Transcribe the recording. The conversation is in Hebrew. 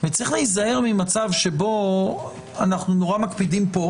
יש להיזהר ממצב שבו אנו נורא מקפידים פה,